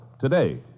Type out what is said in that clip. today